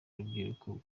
urubyiruko